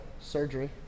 surgery